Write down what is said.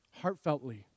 heartfeltly